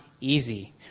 easy